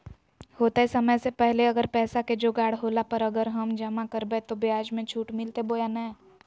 होतय समय से पहले अगर पैसा के जोगाड़ होला पर, अगर हम जमा करबय तो, ब्याज मे छुट मिलते बोया नय?